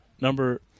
Number